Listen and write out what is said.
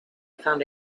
found